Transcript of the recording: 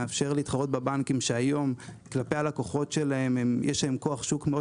מאפשר להתחרות בבנקים שהיום כלפי הלקוחות שלהם יש להם כוח שוק מאוד